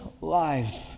lives